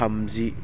थामजि